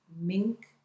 mink